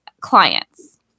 clients